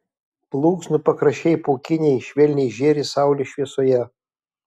plunksnų pakraščiai pūkiniai švelniai žėri saulės šviesoje